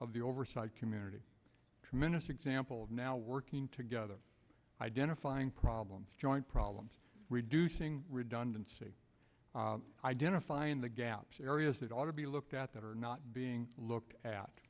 of the oversight community tremendous example of now working together identifying problems joint problems reducing redundancy identifying the gaps areas that ought to be looked at that are not being looked at